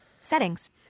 Settings